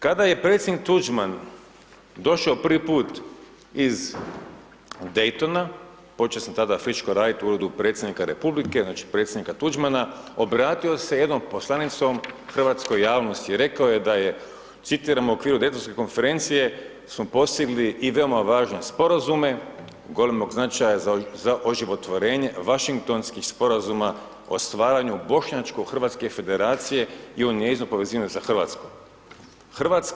Kada je predsjednik Tuđman došao prvi put iz Dejtona, počeo sam tada friško raditi u uredu predsjednika Republika, znači, predsjednika Tuđmana, obratio se jednom poslanicom hrvatskoj javnosti, rekao je da je citiram, u okviru Dejtonske Konferencije smo postigli i veoma važne Sporazume, golemog značaja za oživotvorenje Vašingtonskih Sporazuma o stvaranju Bošnjačko Hrvatske Federacije i o njezinom povezivanju sa RH.